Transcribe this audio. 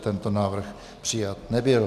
Tento návrh přijat nebyl.